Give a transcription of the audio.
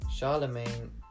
Charlemagne